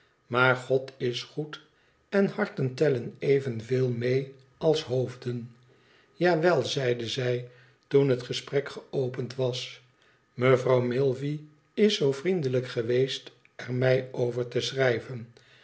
maar god is goed en harten tellen evenveel mee als hoofden ja wel zeide zij toen het gesprek geopend was t mevrouw milvey is zoo vriendelijk geweest er mij over te schrijven